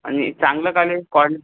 आणि चांगलं कॉलेज कोण